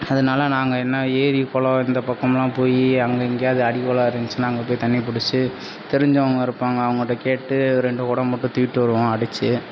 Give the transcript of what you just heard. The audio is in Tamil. அதனால நாங்கள் என்ன ஏரி குளம் இந்த பக்கமெலாம் போய் அங்கே எங்கையாது அடிக்கொழாய் இருந்துச்சின்னா அங்கே போய் தண்ணி பிடிச்சி தெரிஞ்சவங்க இருப்பாங்க அவங்கள்ட கேட்டு ரெண்டு குடம் மட்டும் தூக்கிட்டு வருவோம் அடிச்சு